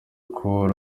cool